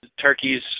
turkeys